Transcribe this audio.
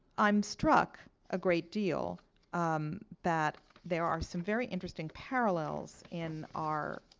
i'm struck a great deal um that there are some very interesting parallels in our